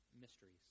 mysteries